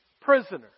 prisoner